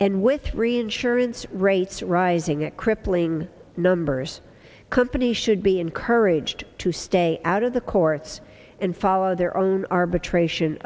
and with reinsurance rates rising at crippling numbers companies should be encouraged to stay out of the courts and follow their own arbitration